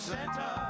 Santa